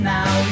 Now